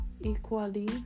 equally